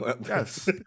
yes